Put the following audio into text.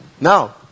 Now